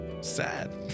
Sad